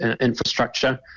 infrastructure